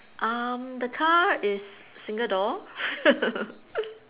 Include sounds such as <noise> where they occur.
um the car is single door <laughs>